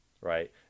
right